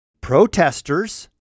protesters